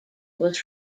was